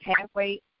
halfway